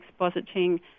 expositing